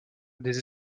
des